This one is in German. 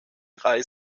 drei